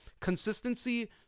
consistency